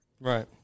Right